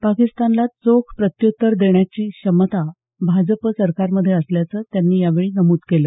पाकिस्तानला चोख प्रत्युत्तर देण्याची क्षमता भाजप सरकारमध्ये असल्याचं त्यांनी यावेळी नमूद केलं